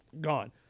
gone